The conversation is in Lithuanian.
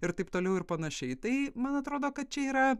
ir taip toliau ir panašiai tai man atrodo kad čia yra